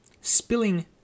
spilling